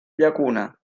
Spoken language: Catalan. llacuna